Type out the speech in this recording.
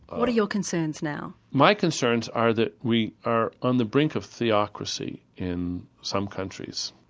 what are your concerns now? my concerns are that we are on the brink of theocracy in some countries.